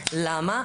למה?